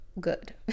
good